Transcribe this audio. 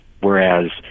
whereas